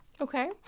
Okay